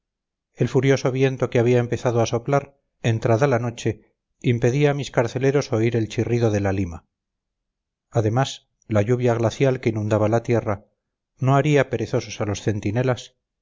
el furioso viento que había empezado a soplar entrada la noche impedía a mis carceleros oír el chirrido de la lima además la lluvia glacial que inundaba la tierra no haría perezosos a los centinelas